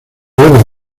debe